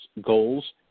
goals